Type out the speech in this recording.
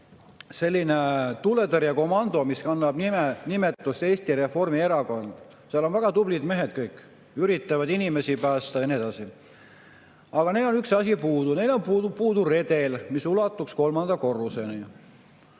selline tuletõrjekomando, mis kannab nimetust Eesti Reformierakond. Seal on väga tublid mehed kõik, üritavad inimesi päästa ja nii edasi. Aga neil on üks asi puudu – neil on puudub redel, mis ulatuks kolmanda korruseni.